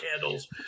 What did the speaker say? candles